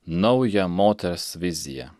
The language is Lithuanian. naują moters viziją